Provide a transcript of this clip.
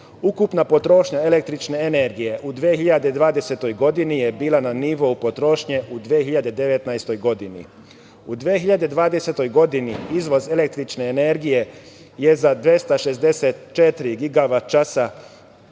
Ukupna potrošnja električne energije u 2020. godini je bila na nivou potrošnje, u 2019. godini.U 2020. godini, izvoz električne energije je za 264 gigavat časa,